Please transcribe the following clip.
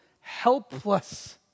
helpless